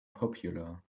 popular